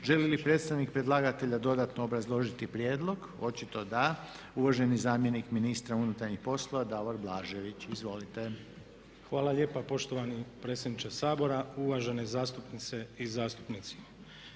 Želi li predstavnik predlagatelja dodatno obrazložiti prijedlog? Očitao da. Uvaženi zamjenik ministra unutarnjih poslova Davor Blažević. Izvolite. **Blažević, Davor** Hvala lijepa poštovani predsjedniče Sabora. Uvažene zastupnice i zastupnici.